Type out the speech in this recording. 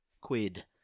quid